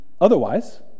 otherwise